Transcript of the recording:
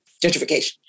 Gentrification